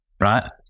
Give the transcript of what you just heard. right